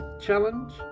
Challenge